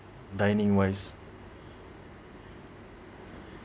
dining wise